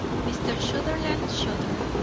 mr. sutherland shuddered,